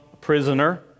prisoner